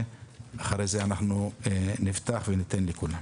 ואחרי זה נפתח וניתן לכולם.